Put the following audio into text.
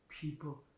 people